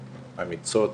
עמותות.